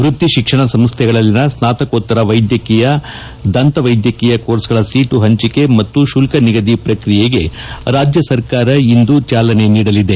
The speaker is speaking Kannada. ವೃತ್ತಿ ಶಿಕ್ಷಣ ಸಂಸ್ಥೆಗಳಲ್ಲಿನ ಸ್ನಾತಕೋತ್ತರ ವೈದ್ಯಕೀಯ ದಂತ ವೈದ್ಯಕೀಯ ಕೋರ್ಸ್ಗಳ ಸೀಟು ಪಂಚಿಕೆ ಮತ್ತು ಶುಲ್ತ ನಿಗದಿ ಶ್ರಕ್ತಿಯೆಗೆ ರಾಜ್ಯ ಸರ್ಕಾರ ಇಂದು ಚಾಲನೆ ನೀಡಲಿದೆ